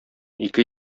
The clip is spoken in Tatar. ике